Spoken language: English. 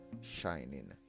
shining